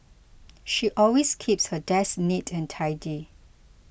she always keeps her desk neat and tidy